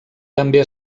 també